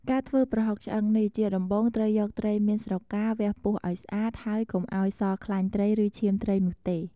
ការធ្វើប្រហុកឆ្អឹងនេះ ជាដំបូងត្រូវយកត្រីមានស្រកា វះពោះឱ្យស្អាត ហើយកុំឱ្យសល់ខ្លាញ់ត្រី ឬឈាមត្រីនោះទេ។